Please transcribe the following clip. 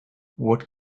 what